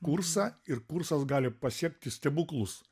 kursą ir kursas gali pasiekti stebuklus